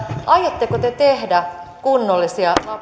aiotteko te tehdä kunnollisia